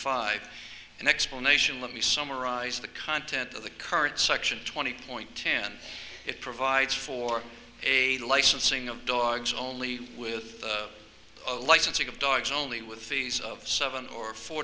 five an explanation let me summarize the content of the current section twenty point ten it provides for a licensing of dogs only with licensing of dogs only with fees of seven or four